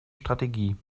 strategie